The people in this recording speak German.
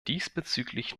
diesbezüglich